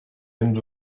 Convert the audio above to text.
end